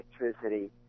electricity